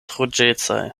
ruĝecaj